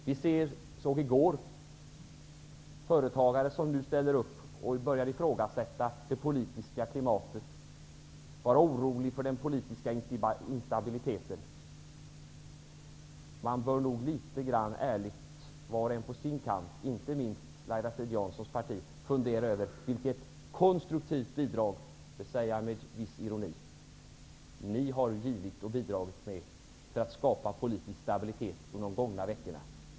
Vi såg i går företagare som nu börjar ifrågasätta det politiska klimatet och oroa sig för den politiska instabiliteten. Var och en på sin kant, inte minst inom Laila Strid-Janssons parti, bör nog ärligt litet grand fundera över vilket konstruktivt bidrag -- jag säger detta med en viss ironi -- man givit och bidragit med för att skapa politisk stabilitet under de gångna veckorna.